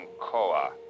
Koa